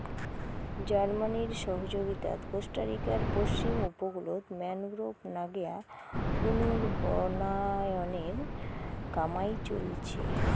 জার্মানির সহযগীতাত কোস্টারিকার পশ্চিম উপকূলত ম্যানগ্রোভ নাগেয়া পুনর্বনায়নের কামাই চইলছে